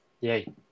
Yay